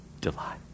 delight